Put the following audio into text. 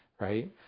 right